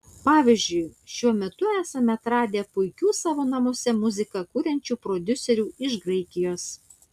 pavyzdžiui šiuo metu esame atradę puikių savo namuose muziką kuriančių prodiuserių iš graikijos